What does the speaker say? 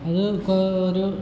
അത് ഇപ്പ ഒരു